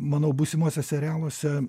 manau būsimose serialuose